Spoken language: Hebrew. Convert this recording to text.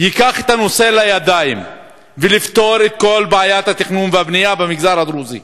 ייקח את הנושא לידיים ויפתור את כל בעיית התכנון והבנייה במגזר הדרוזי.